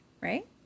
right